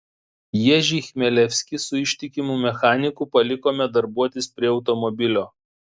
ježį chmelevskį su ištikimu mechaniku palikome darbuotis prie automobilio